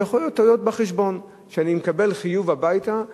שיכולות להיות טעויות בחשבון שאני מקבל חיוב הביתה,